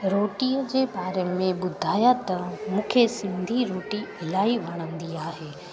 रोटीअ जे बारे में ॿुधायां त मूंखे सिंधी रोटी इलाही वणंदी आहे